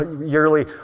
yearly